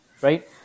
right